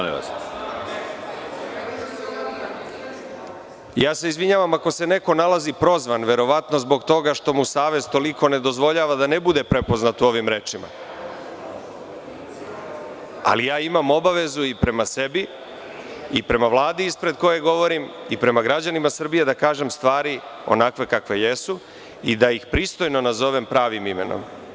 Izvinjavam se ako se neko nalazi prozvan, verovatno zbog toga što mu savest toliko ne dozvoljava da ne bude prepoznat u ovim rečima, ali ja imam obavezu i prema sebi i prema Vladi ispred koje govorim i prema građanima Srbije da kažem stvari onakve kakve jesu i da ih pristojno nazovem pravim imenom.